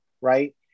Right